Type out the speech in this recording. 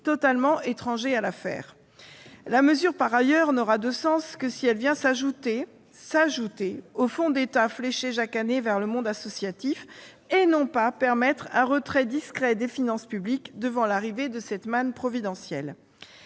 totalement étrangers à l'affaire. La mesure, par ailleurs, n'aura de sens que si elle vient s'ajouter aux fonds d'État fléchés chaque année vers le monde associatif, et non pas permettre un retrait discret des finances publiques devant l'arrivée de cette manne providentielle.